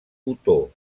otó